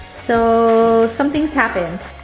so, something's happened.